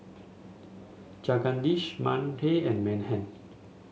Jagadish Mahade and Mahan